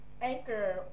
Anchor